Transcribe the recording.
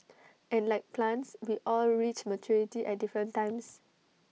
and like plants we all reach maturity at different times